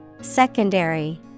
Secondary